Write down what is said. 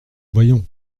voyons